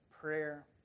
prayer